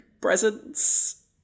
presents